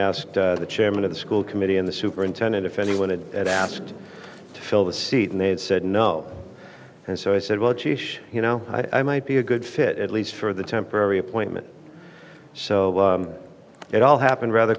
asked the chairman of the school committee in the superintendent if anyone had at asked to fill the seat and they'd said no and so i said well geez you know i might be a good fit at least for the temporary appointment so it all happened rather